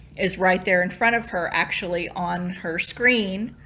is right there in front of her actually on her screen.